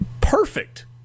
Perfect